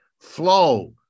flow